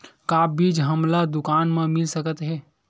का बीज हमला दुकान म मिल सकत हे?